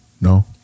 No